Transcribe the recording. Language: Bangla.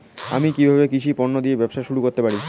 আমি কিভাবে কৃষি পণ্য দিয়ে ব্যবসা শুরু করতে পারি?